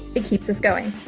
it keeps us going.